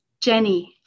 Jenny